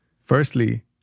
Firstly